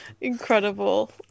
Incredible